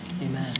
amen